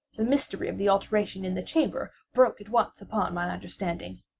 the mystery of the alteration in the chamber broke at once upon my understanding.